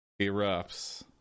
erupts